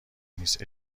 نیست